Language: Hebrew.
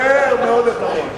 שיפר מאוד את הראש.